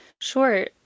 Sure